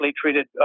treated